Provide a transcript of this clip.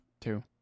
Two